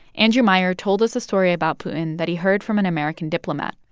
andrew meier told us a story about putin that he heard from an american diplomat,